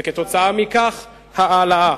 וכתוצאה מכך ההעלאה.